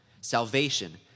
Salvation